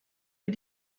wir